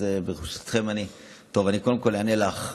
אז אני קודם כול אענה לך,